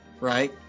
Right